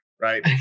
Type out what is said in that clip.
right